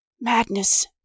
madness